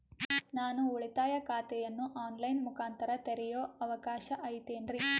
ನಾನು ಉಳಿತಾಯ ಖಾತೆಯನ್ನು ಆನ್ ಲೈನ್ ಮುಖಾಂತರ ತೆರಿಯೋ ಅವಕಾಶ ಐತೇನ್ರಿ?